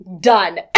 Done